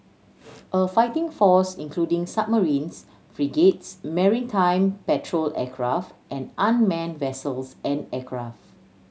a fighting force including submarines frigates maritime patrol aircraft and unmanned vessels and aircraft